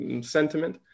sentiment